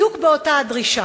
בדיוק באותה הדרישה: